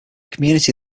community